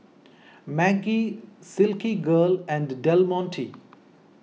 Maggi Silky Girl and Del Monte